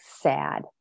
sad